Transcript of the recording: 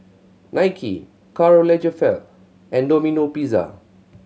Nike Karl Lagerfeld and Domino Pizza